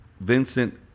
Vincent